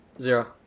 Zero